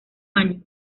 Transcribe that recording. año